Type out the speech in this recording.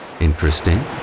Interesting